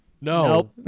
No